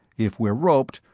if we're roped,